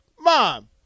Mom